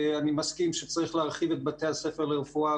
אני מסכים שצריך להרחיב את בתי הספר לרפואה